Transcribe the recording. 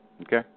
okay